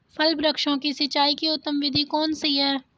फल वृक्षों की सिंचाई की उत्तम विधि कौन सी है?